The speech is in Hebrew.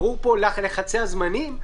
ברורים פה לחצי הזמנים,